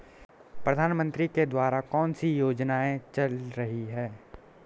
प्रधानमंत्री के द्वारा कौनसी योजनाएँ चल रही हैं?